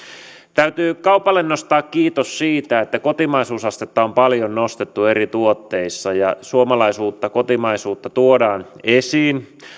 täytyy kaupalle nostaa kiitos siitä että kotimaisuusastetta on paljon nostettu eri tuotteissa ja suomalaisuutta kotimaisuutta tuodaan esiin